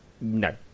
No